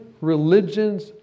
religions